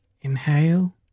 Inhale